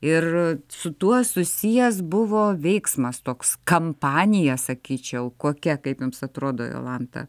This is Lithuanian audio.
ir su tuo susijęs buvo veiksmas toks kampanija sakyčiau kokia kaip jums atrodo jolanta